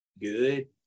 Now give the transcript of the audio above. good